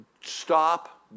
Stop